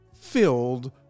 filled